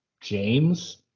James